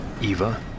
Eva